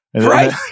Right